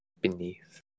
beneath